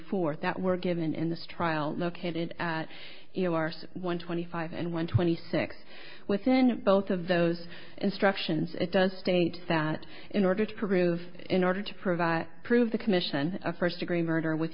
fourth that were given in this trial located at one twenty five and one twenty six within both of those instructions it does state that in order to prove in order to provide prove the commission of first degree murder with